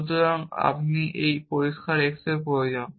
সুতরাং আমি এই পরিষ্কার x প্রয়োজন